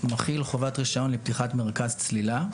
מחיל חובת רישיון לפתיחת מרכז צלילה.